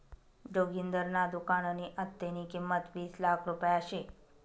जोगिंदरना दुकाननी आत्तेनी किंमत वीस लाख रुपया शे